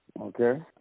okay